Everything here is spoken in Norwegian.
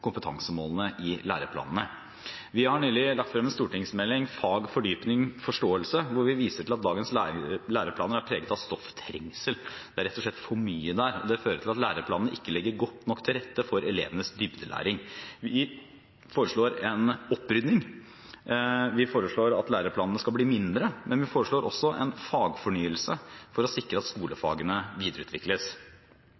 kompetansemålene i læreplanene. Vi har nylig lagt frem en stortingsmelding, Fag – Fordypning – Forståelse, hvor vi viser til at dagens læreplaner er preget av stofftrengsel. Det er rett og slett for mye der. Det fører til at læreplanene ikke legger godt nok til rette for elevenes dybdelæring. Vi foreslår en opprydding. Vi foreslår at læreplanene skal bli mindre. Men vi foreslår også en fagfornyelse for å sikre at